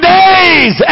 days